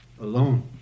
alone